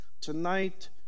Tonight